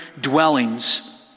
dwellings